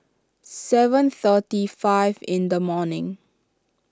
seven thirty five in the morning